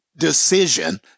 decision